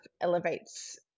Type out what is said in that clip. elevates